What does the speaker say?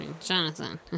Jonathan